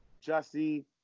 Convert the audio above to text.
jesse